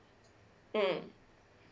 ugh